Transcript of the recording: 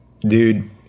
dude